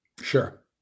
Sure